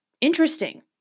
interesting